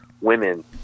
women